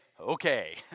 okay